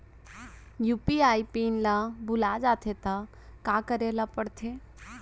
UPI PIN ल भुला जाथे त का करे ल पढ़थे?